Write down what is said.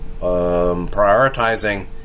Prioritizing